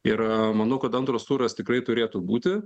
ir manau kad antras turas tikrai turėtų būti